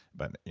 but